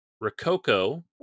Rococo